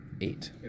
Eight